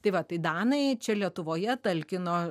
tai va tai danai čia lietuvoje talkino